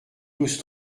douze